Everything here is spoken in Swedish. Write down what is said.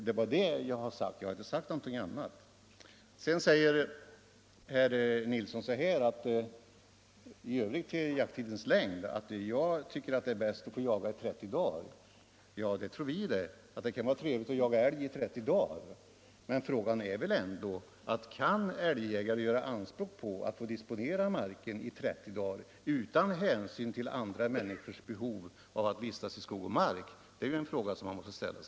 Det var det jag sade, inte någonting annat. Herr Nilsson säger beträffande jakttidens längd att han tycker det är bäst att få jaga i 30 dagar. Det tror vi det, att det kan vara trevligt att jaga älg i 30 dagar, men frågan är väl ändå om älgjägare kan göra anspråk på att få disponera marken i 30 dagar utan hänsyn till andra människors behov av att vistas i skog och mark. Den frågan måste ställas.